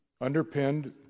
underpinned